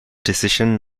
decision